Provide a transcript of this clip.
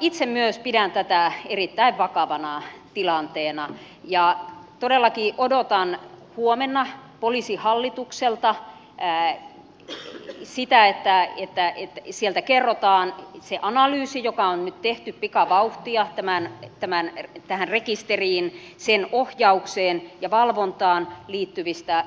itse myös pidän tätä erittäin vakavana tilanteena ja todellakin odotan huomenna poliisihallitukselta sitä että sieltä kerrotaan se analyysi joka on nyt tehty pikavauhtia tähän rekisteriin sen ohjaukseen ja valvontaan